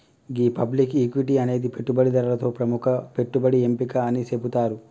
గీ public equity అనేది పెట్టుబడిదారులతో ప్రముఖ పెట్టుబడి ఎంపిక అని సెబుతారు